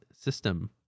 system